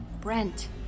Brent